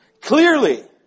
clearly